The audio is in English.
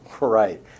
Right